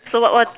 so what what